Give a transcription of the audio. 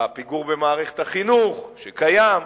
הפיגור במערכת החינוך שקיים,